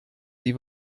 die